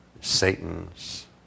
Satan's